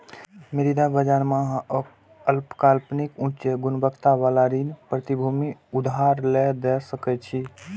मुद्रा बाजार मे अहां अल्पकालिक, उच्च गुणवत्ता बला ऋण प्रतिभूति उधार लए या दै सकै छी